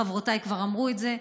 חברותיי כבר אמרו את זה,